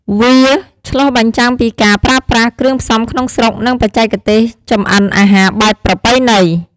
វាឆ្លុះបញ្ចាំងពីការប្រើប្រាស់គ្រឿងផ្សំក្នុងស្រុក និងបច្ចេកទេសចម្អិនអាហារបែបប្រពៃណី។